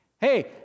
Hey